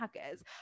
hackers